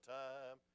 time